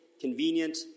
convenient